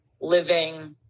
living